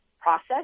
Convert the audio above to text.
process